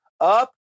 up